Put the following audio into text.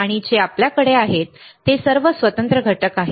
आणि आपल्याकडे जे आहे ते आहे आपल्याकडे सर्व स्वतंत्र घटक आहेत